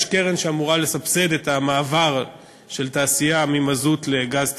יש קרן שאמורה לסבסד מעבר של תעשייה ממזוט לגז טבעי,